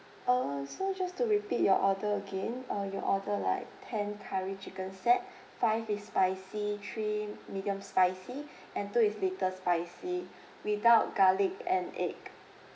err so just to repeat your order again uh you ordered like ten curry chicken set five is spicy three medium spicy and two is little spicy without garlic and egg